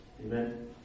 Amen